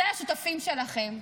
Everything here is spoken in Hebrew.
אלה השותפים שלכם.